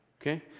okay